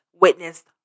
witnessed